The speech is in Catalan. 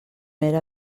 era